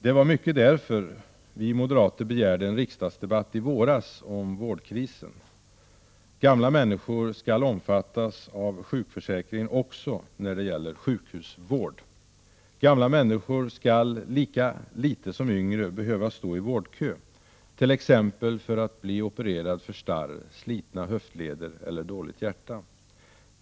Det var mycket därför vi moderater i våras begärde en riksdagsdebatt om vårdkrisen. Gamla människor skall omfattas av sjukförsäkringen också när det gäller sjukhusvård. ; Gamla människor skall lika litet som yngre behöva stå i vårdkö t.ex. för att bli opererade för starr, slitna höftleder eller dåligt hjärta.